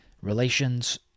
relations